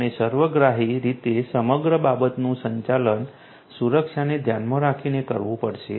હવે સર્વગ્રાહી રીતે સમગ્ર બાબતનું સંચાલન સુરક્ષાને ધ્યાનમાં રાખીને કરવું પડશે